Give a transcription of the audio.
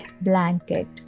blanket